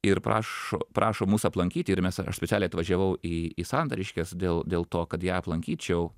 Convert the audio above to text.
ir prašo prašo mus aplankyti ir mes aš specialiai atvažiavau į į santariškes dėl dėl to kad ją aplankyčiau